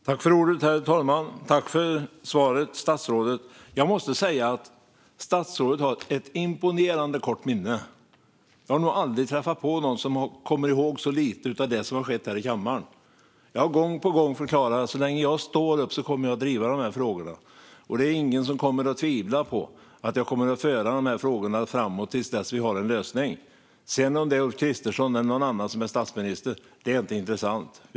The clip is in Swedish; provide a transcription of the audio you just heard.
Herr talman! Tack för svaret, statsrådet. Jag måste säga att statsrådet har ett imponerande kort minne. Jag har nog aldrig träffat på någon som kommer ihåg så lite av det som har skett här i kammaren. Jag har gång på gång förklarat att så länge jag står upp kommer jag att driva de här frågorna. Det är ingen som kommer att tvivla på att jag kommer att föra de här frågorna framåt till dess vi har en lösning. Om det sedan är Ulf Kristersson eller någon annan som är statsminister är inte intressant.